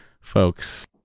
folks